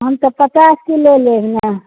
हम तऽ पचास किलो लेब ने